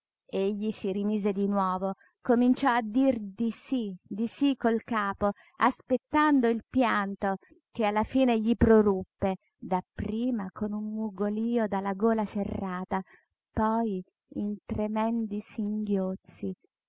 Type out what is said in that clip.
egli si rimise di nuovo cominciò a dir di sí di sí col capo aspettando il pianto che alla fine gli proruppe dapprima con un mugolío dalla gola serrata poi in tremendi singhiozzi